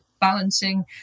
balancing